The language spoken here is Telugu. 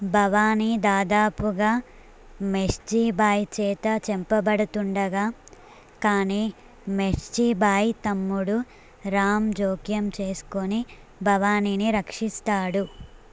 భవానీ దాదాపుగా మెష్జీ భాయ్ చేత చంపబడుతుండగా కానీ మెష్జీ భాయ్ తమ్ముడు రామ్ జోక్యం చేసుకోని భవానీని రక్షిస్తాడు